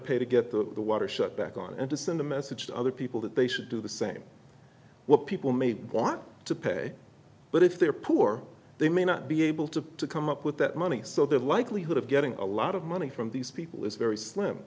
pay to get the water shut back on and to send a message to other people that they should do the same what people may want to pay but if they're poor they may not be able to come up with that money so their likelihood of getting a lot of money from these people is very slim